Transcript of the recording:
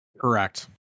Correct